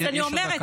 אז אני אומרת,